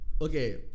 Okay